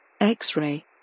X-Ray